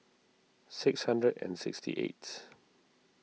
six hundred and sixty eight